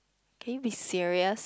can you be serious